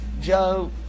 Joe